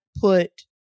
put